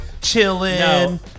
chilling